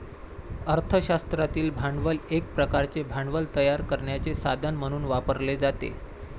अर्थ शास्त्रातील भांडवल एक प्रकारचे भांडवल तयार करण्याचे साधन म्हणून वापरले जाते